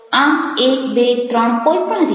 આમ123 કોઈ પણ રીતે